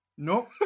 No